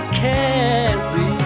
carry